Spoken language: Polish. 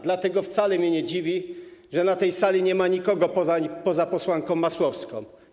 Dlatego wcale mnie nie dziwi, że na tej sali nie ma nikogo poza posłanką Masłowską.